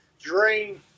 drain